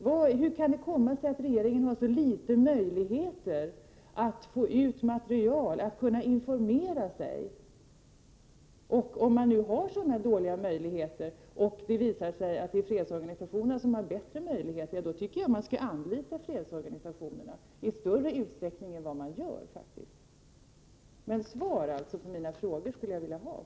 Hur kan det komma sig att regeringen har så små möjligheter att få ut material och att kunna informera sig? Om man nu har så dåliga möjligheter och det visar sig att fredsorganisationerna har bättre möjligheter, tycker jag att man skall anlita fredsorganisationerna i större utsträckning än vad man faktiskt gör. Jag skulle således vilja ha svar på mina frågor.